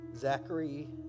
zachary